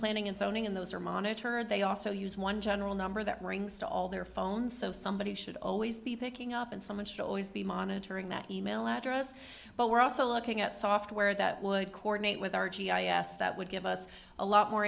planning and zoning in those are monitored they also use one general number that rings to all their phones so somebody should always be picking up and so much to always be monitoring that e mail address but we're also looking at software that would coordinate with our g i s that would give us a lot more